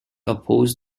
opposed